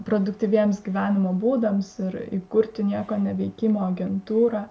produktyviems gyvenimo būdams ir įkurti nieko neveikimo agentūrą